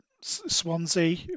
Swansea